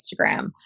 Instagram